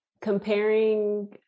comparing